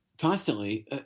Constantly